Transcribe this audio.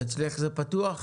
והם לא נכנסו.